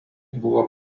buvo